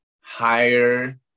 higher